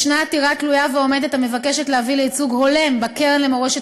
יש עתירה תלויה ועומדת המבקשת להביא לייצוג הולם בקרן למורשת